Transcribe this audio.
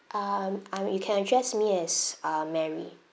um I'm you can address me as uh mary